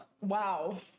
wow